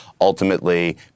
ultimately